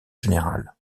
général